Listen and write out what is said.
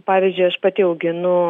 pavyzdžiui aš pati auginu